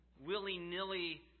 willy-nilly